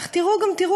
/ אך תראו גם תראו,